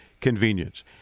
convenience